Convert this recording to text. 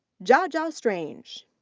jah-jah strange.